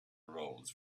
roles